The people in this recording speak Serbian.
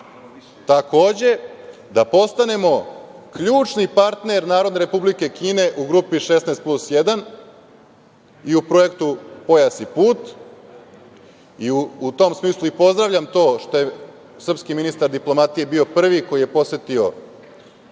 da postanemo ključni partner Narodne Republike Kine u grupi 16+1 i u projektu „Pojas i put“. U tom smislu i pozdravljam to što je srpski ministar diplomatije bio prvi koji je posetio